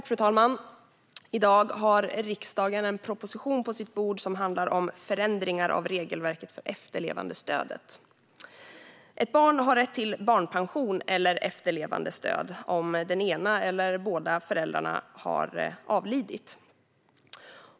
Fru talman! I dag har riksdagen en proposition på sitt bord som handlar om förändringar av regelverket för efterlevandestödet. Ett barn har rätt till barnpension eller efterlevandestöd om den ena föräldern eller båda föräldrarna har avlidit.